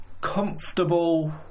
comfortable